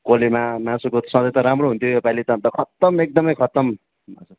कोलेमा मासुको सधैँ त राम्रो हुन्थ्यो यसपालि त खत्तम एकदमै खत्तम